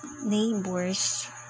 neighbors